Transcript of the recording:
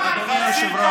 עכשיו, אדוני היושב-ראש,